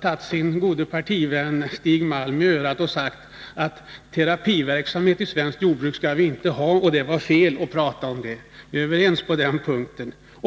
tagit sin gode partivän Stig Malm i örat. Jordbruksministern sade nämligen att vi inte skall ha någon terapiverksamhet i svenskt jordbruk och att det var fel att tala om något sådant. På den punkten är vi överens.